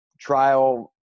trial